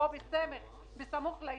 חבר'ה, אנחנו לא צרי-עין.